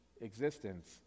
existence